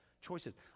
choices